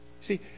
See